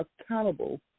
accountable